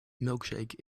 milkshake